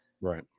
Right